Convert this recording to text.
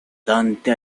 dante